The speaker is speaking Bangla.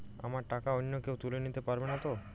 আমার টাকা অন্য কেউ তুলে নিতে পারবে নাতো?